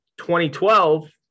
2012